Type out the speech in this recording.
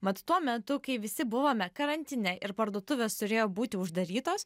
mat tuo metu kai visi buvome karantine ir parduotuvės turėjo būti uždarytos